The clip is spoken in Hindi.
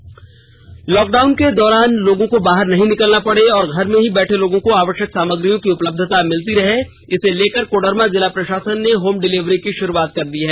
कोडरमा स्पेषल लॉक डाउन के दौरान लोगों को बाहर नहीं निकलना पड़े और घर बैठे ही लोगों को आवष्यक सामग्रियों की उपलब्धता मिलती रहे इसे लेकर कोडरमा जिला प्रषासन ने होम डिलीवरी की शुरूआत कर दी है